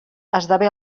esdevé